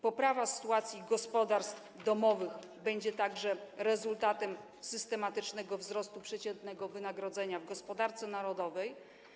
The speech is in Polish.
Poprawa sytuacji gospodarstw domowych będzie także rezultatem systematycznego wzrostu przeciętnego wynagrodzenia w gospodarce narodowej.